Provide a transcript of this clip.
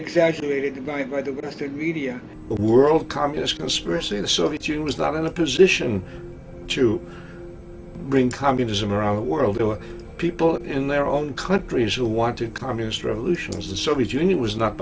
exaggerated by the western media were all communist conspiracy the soviet union was not in a position to bring communism around the world or people in their own countries who wanted communist revolutions the soviet union was not